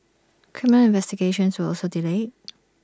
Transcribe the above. criminal investigations were also delayed